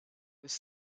this